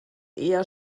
eher